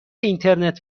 اینترنت